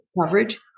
coverage